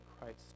Christ